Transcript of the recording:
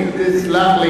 תסלח לי.